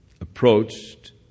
approached